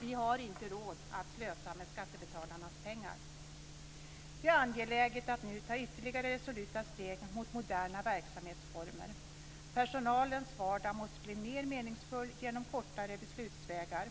Vi har inte råd att slösa med skattebetalarnas pengar. Det är angeläget att nu ta ytterligare resoluta steg mot moderna verksamhetsformer. Personalens vardag måste bli mer meningsfull genom kortare beslutsvägar.